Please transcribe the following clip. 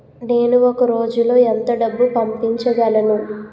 నేను ఒక రోజులో ఎంత డబ్బు పంపించగలను?